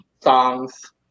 songs